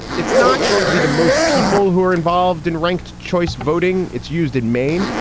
it's not going to be the most people who are involved in ranked choice voting. it's used in maine.